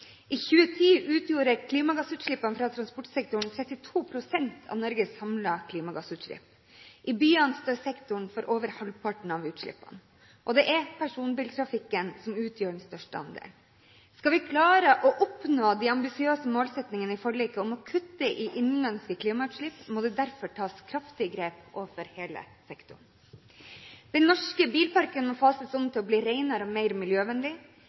I 2010 utgjorde klimagassutslippene fra transportsektoren 32 pst. av Norges samlede klimagassutslipp. I byene står sektoren for over halvparten av utslippene. Det er personbiltrafikken som utgjør den største andelen. Skal vi klare å oppnå de ambisiøse målsettingene i forliket om å kutte i innenlandske klimautslipp, må det derfor tas kraftige grep overfor hele sektoren. Den norske bilparken må fases om til å bli renere og mer miljøvennlig.